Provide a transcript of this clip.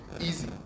easy